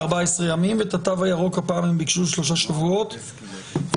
יום ואת התו הירוק הם ביקשו לשלושה שבועות ואנחנו